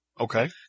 Okay